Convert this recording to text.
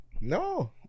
No